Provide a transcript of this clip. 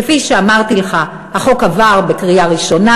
כפי שאמרתי לך, החוק עבר בקריאה ראשונה.